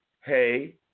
hey